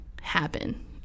happen